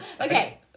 Okay